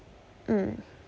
mm